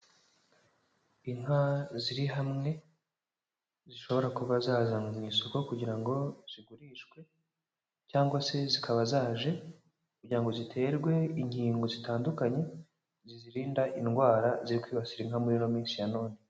Inka ziri hamwe, zishobora kuba zazanwe mu isoko, kugira ngo zigurishwe, cyangwa se zikaba zaje kugira ngo ziterwe inkingo zitandukanye, zizirinda indwara ziri kwibasira inka muri ino minsi ya none.